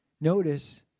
Notice